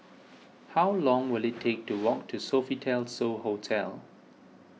how long will it take to walk to Sofitel So Hotel